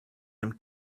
him